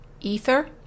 ether